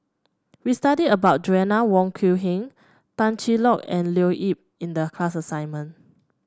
we studied about Joanna Wong Quee Heng Tan Cheng Lock and Leo Yip in the class assignment